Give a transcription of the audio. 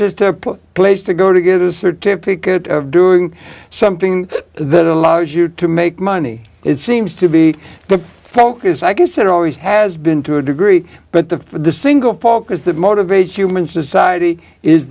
just a place to go to get a certificate of doing something that allows you to make money it seems to be the focus i guess it always has been to a degree but the the single focus that motivates human society is